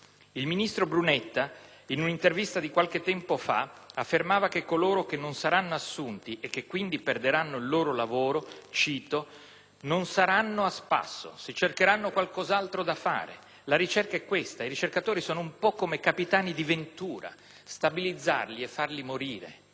Il ministro Brunetta, in un'intervista di qualche tempo fa, affermava che coloro che non saranno assunti, e che quindi perderanno il loro lavoro, «non saranno a spasso, si cercheranno qualcos'altro da fare. La ricerca è questa. I ricercatori sono un po' come capitani di ventura, stabilizzarli è un farli morire».